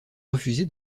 refusé